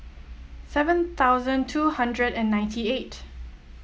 seven thousand two hundred and ninety eight